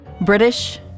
British